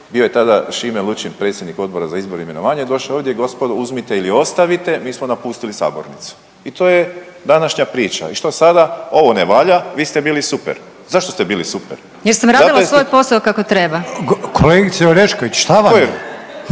bio je tada Šime Lučin predsjednik Odbora za izbor i imenovanje, došao je ovdje, gospodo uzmite ili ostavite, mi smo napustili sabornicu. I to je današnja priča. I što sada? Ovo ne valja, vi ste bili super. Zašto ste bili super? …/Upadica Orešković: Jer sam radila svoj posao kako treba./… …/Upadica Reiner: Kolegice Orešković šta vam je?